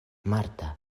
marta